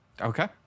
okay